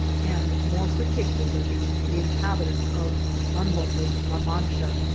and more particularly the inhabitants of unlovely la mancha,